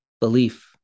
belief